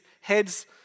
heads